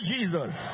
Jesus